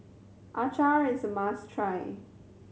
is a must try